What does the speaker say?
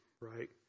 Right